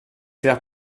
faire